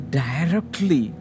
directly